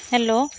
hello